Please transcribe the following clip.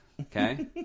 okay